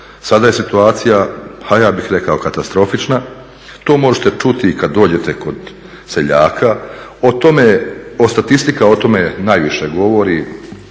sada je situacija ja bih rekao katastrofična, to možete čuti i kada dođete do seljaka. O tome, statistika o tome najviše govori,